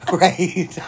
right